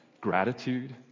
gratitude